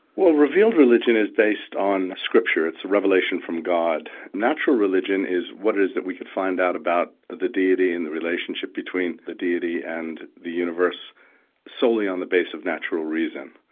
well revealed religion is based on scriptures, it's a revelation from god. natural religion is what it is that we could find out about the deity and in relationship between the deity and the universe solely on the base of natural reason,